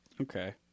Okay